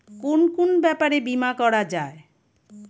কুন কুন ব্যাপারে বীমা করা যায়?